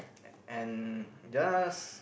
and just